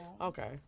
Okay